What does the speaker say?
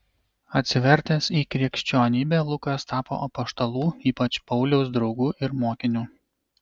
atsivertęs į krikščionybę lukas tapo apaštalų ypač pauliaus draugu ir mokiniu